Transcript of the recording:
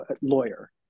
lawyer